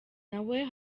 nawe